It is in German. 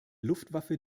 luftwaffe